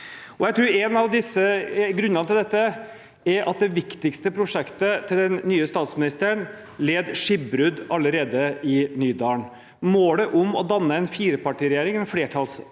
en av grunnene til dette er at det viktigste prosjektet til den nye statsministeren led skipbrudd allerede i Nydalen. Målet om å danne en firepartiregjering, en flertallspartiregjering,